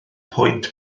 pwynt